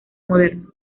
moderno